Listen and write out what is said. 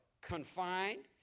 confined